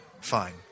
Fine